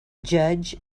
judge